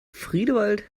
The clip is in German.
friedewald